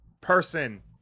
person